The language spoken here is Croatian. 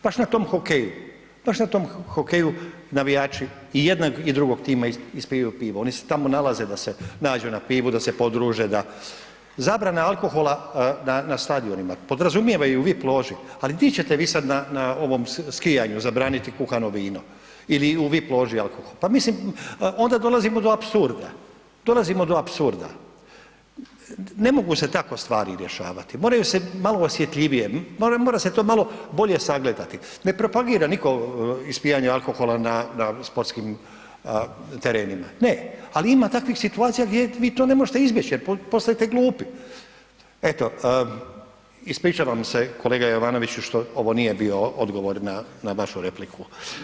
Baš na tom hokeju, baš na tom hokeju navijači i jednog i drugog tima ispijaju pivo, oni se tamo nalaze da se nađu na pivu, da se podruže, da, zabrana alkohola na, na stadionima, podrazumijeva i u vip loži, ali di ćete vi sad na, na ovom skijanju zabraniti kuhano vino ili u vip loži alkohol, pa mislim onda dolazimo do apsurda, dolazimo do apsurda, ne mogu se tako stvari rješavati, moraju se malo osjetljivije, mora, mora se to malo bolje sagledati, ne propagira niko ispijanje alkohola na, na sportskim terenima, ne, al ima takvih situacija gdje vi to ne možete izbjeć jer postajete glupi, eto ispričavam se kolega Jovanoviću što ovo nije bio odgovor na, na vašu repliku.